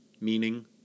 meaning